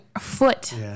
foot